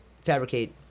fabricate